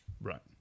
Right